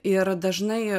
ir dažnai